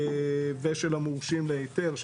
ושל המורשים להיתר.